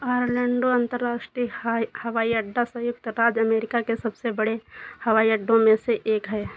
Orlando अन्तर्राष्टीय हाई हवाई अड्डा सँयुक्त राज्य अमेरिका के सबसे बड़े हवाई अड्डों में से एक है